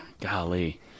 Golly